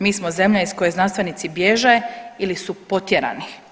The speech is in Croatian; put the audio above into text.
Mi smo zemlja iz koje znanstvenici bježe ili su potjerani.